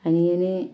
അനിയന്